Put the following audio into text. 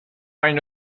اینو